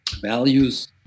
values